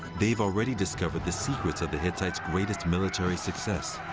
they've already discovered the secrets of the hittites' greatest military success.